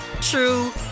true